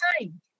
time